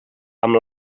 amb